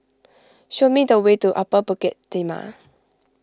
show me the way to Upper Bukit Timah